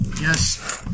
Yes